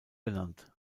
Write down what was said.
benannt